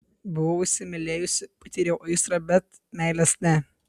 buvau įsimylėjusi patyriau aistrą bet meilės ne